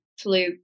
flu